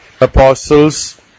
apostles